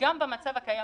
שגם במצב היום,